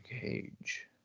Cage